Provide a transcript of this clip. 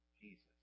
Jesus